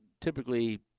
typically